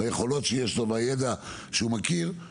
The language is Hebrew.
היכולות שיש לו והידע שהוא מכיר,